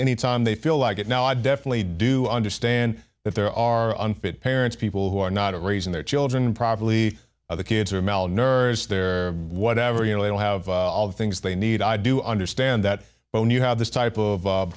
any time they feel like it now i definitely do understand that there are unfit parents people who are not raising their children properly or the kids are malnourished they're whatever you know they don't have all the things they need i do understand that when you have this type of